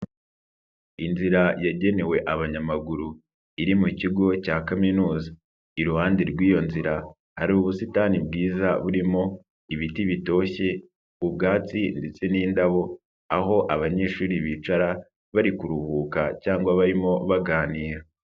Inzira yagenewe abanyamaguru iri mu kigo cya kaminuza, iruhande rw'iyo nzira hari ubusitani bwiza burimo ibiti bitoshye, ubwatsi ndetse n'indabo, aho abanyeshuri bicara bari kuruhuka cyangwa barimo baganira.